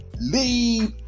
leave